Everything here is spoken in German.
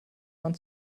man